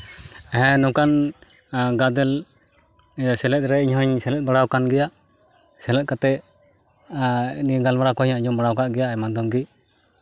ᱦᱮᱸ ᱱᱚᱝᱠᱟᱱ ᱜᱟᱫᱮᱞ ᱥᱮᱞᱮᱫ ᱨᱮ ᱤᱧ ᱦᱩᱧ ᱥᱮᱞᱮᱫ ᱵᱟᱲᱟᱣ ᱟᱠᱟᱱ ᱜᱮᱭᱟ ᱥᱮᱞᱮᱫ ᱠᱟᱛᱮᱫ ᱟᱨ ᱤᱧ ᱦᱚᱸ ᱜᱟᱞᱢᱟᱨᱟᱣ ᱠᱚᱧ ᱟᱸᱡᱚᱢ ᱵᱟᱲᱟᱣ ᱟᱠᱟᱫ ᱜᱮᱭᱟ ᱟᱭᱢᱟ ᱫᱚᱢ ᱜᱮ